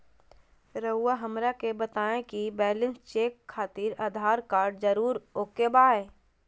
रउआ हमरा के बताए कि बैलेंस चेक खातिर आधार कार्ड जरूर ओके बाय?